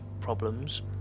problems